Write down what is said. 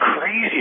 crazy